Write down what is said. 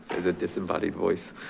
it's a disembodied voice.